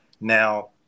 now